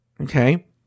okay